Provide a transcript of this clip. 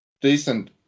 decent